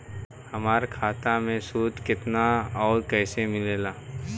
हमार खाता मे सूद केतना आउर कैसे मिलेला?